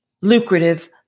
lucrative